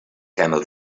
camel